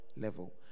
level